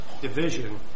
division